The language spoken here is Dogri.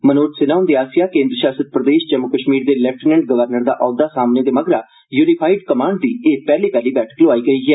मनोज सिन्हा हृंदे आसेआ केन्द्र शासित प्रदेश जम्मू कश्मीर दे लेफ्टिनेंट गवर्नर दा औहद्वा सांभने दे मगरा यूनीफाईड कमांड दी एह् पैहली पैहली बैठक लोआई गेई ऐ